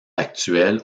actuelle